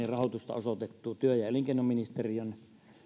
rahoitusta osoitettu työ ja elinkeinoministeriön